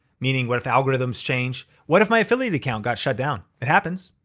meaning what if algorithms change? what if my affiliate account got shut down? it happens.